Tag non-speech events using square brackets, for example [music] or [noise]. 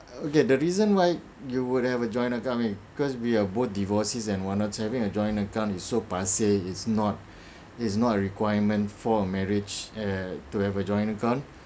okay the reason why you would have a joint account cause we are both divorcees and why not having a joint account is so past year it's not [breath] it's not a requirement for a marriage uh to have a joint account